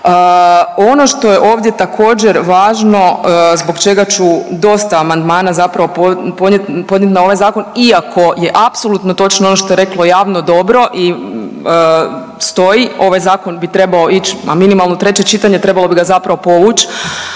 Ono što je ovdje također važno zbog čega ću dosta amandmana zapravo podnijeti na ovaj zakon iako je apsolutno točno ono što je reklo javno dobro stoji. Ovaj zakon bi trebao ići, a minimalno treće čitanje trebalo bi ga zapravo povući